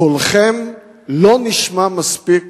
קולכם לא נשמע מספיק